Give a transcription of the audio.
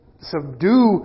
subdue